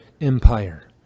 empire